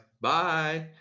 Bye